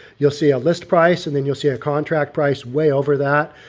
you'll see a list price and then you'll see a contract price way over that.